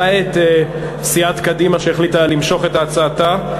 למעט סיעת קדימה שהחליטה למשוך את הצעתה.